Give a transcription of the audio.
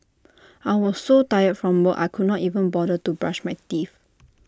I was so tired from work I could not even bother to brush my teeth